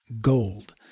gold